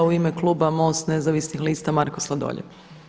U ime kluba MOST-a nezavisnih lista Marko Sladoljev.